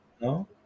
No